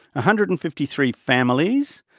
ah hundred and fifty three families,